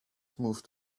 moved